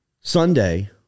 Sunday